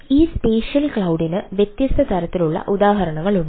ഈ സ്പേഷ്യൽ ക്ലൌഡിന് വ്യത്യസ്ത തരത്തിലുള്ള ഉദാഹരണങ്ങളുണ്ട്